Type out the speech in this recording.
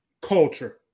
Culture